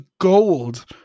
gold